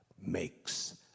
makes